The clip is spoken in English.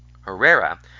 Herrera